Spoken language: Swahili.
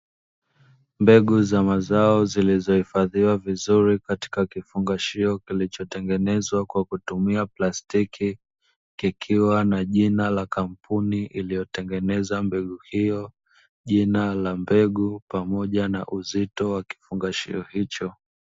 Mbegu za mazao zilizohifadhiwa vizuri katika kifungashio kilicho tengenewa kwa kutumia plastiki, kikiwa na jina la kampumi iliyo tengeneza mbegu hio jina la mbegu pamoja na uzito wa kifungashio hicho.